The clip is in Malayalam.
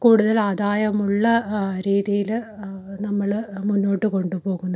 കൂടുതൽ ആദായമുള്ള രീതിയിൽ നമ്മൾ മുന്നോട്ട് കൊണ്ടു പോകുന്നത്